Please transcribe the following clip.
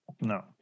No